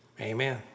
amen